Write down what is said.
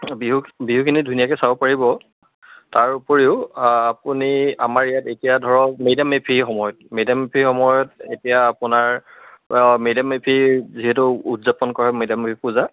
বিহু বিহুখিনি ধুনীয়াকে চাব পাৰিব তাৰ উপৰিও আপুনি আমাৰ ইয়াত এতিয়া ধৰক মে ডাম মে ফিৰ সময়ত মে ডাম মে ফিৰ সময়ত এতিয়া আপোনাৰ মে ডাম মে ফিৰ যিহেতু উদযাপন কৰে মে ডাম মে ফি পূজা